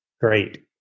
great